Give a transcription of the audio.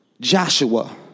Joshua